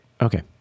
Okay